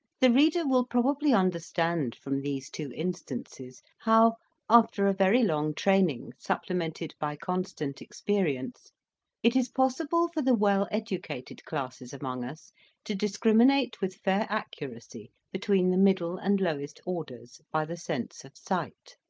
the reader will probably understand from these two instances how after a very long training supplemented by constant experience it is possible for the well-educated classes among us to discriminate with fair accuracy between the middle and lowest orders, by the sense of sight.